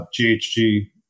GHG